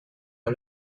pas